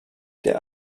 der